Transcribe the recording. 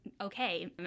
okay